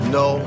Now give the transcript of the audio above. no